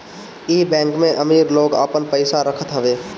इ बैंक में अमीर लोग आपन पईसा रखत हवे